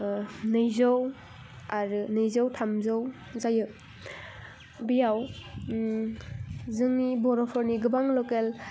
नैजौ आरो नैजौ थामजौ जायो बियाव जोंनि बर'फोरनि गोबां लकेल